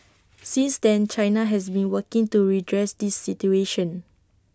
since then China has been working to redress this situation